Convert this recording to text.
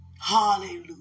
Hallelujah